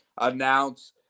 announce